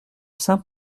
saint